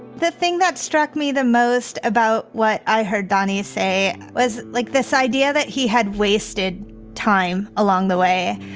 the thing that struck me the most about what i heard danny say was like this idea that he had wasted time along the way.